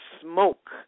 smoke